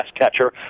catcher